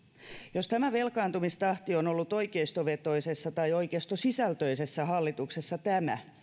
jos velkaantumistahti on ollut oikeistovetoisessa tai oikeistosisältöisessä hallituksessa tämä